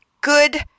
good